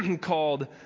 called